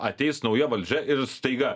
ateis nauja valdžia ir staiga